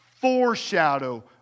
foreshadow